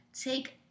take